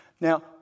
Now